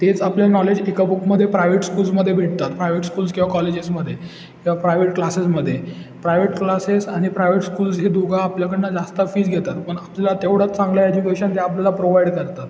तेच आपलं नॉलेज एक बुकमध्ये प्रायवेट स्कूल्समध्ये भेटतात प्रायवेट स्कूल्स किंवा कॉलेजेसमध्ये किवा प्रायवेट क्लासेसमध्ये प्रायवेट क्लासेस आणि प्रायवेट स्कूल्स हे दोघं आपल्याकडनं जास्त फीज घेतात पण आपल्याला तेवढंच चांगलं एज्युकेशन ते आपल्याला प्रोवाइड करतात